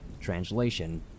Translation